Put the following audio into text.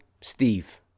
Steve